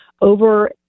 over